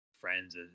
friends